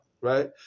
right